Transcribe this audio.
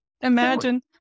Imagine